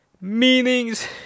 meanings